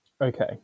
Okay